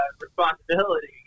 responsibility